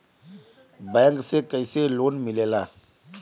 Bank से कइसे loan मिलेला?